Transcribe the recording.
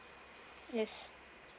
yes